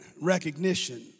recognition